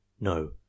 no